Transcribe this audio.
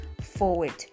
forward